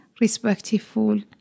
respectful